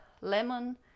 lemon